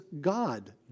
God